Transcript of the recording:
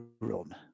run